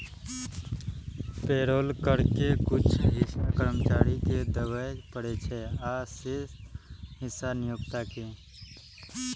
payroll कर के कुछ हिस्सा कर्मचारी कें देबय पड़ै छै, आ शेष हिस्सा नियोक्ता कें